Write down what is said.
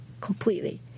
completely